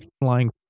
flying